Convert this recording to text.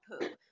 poop